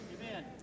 Amen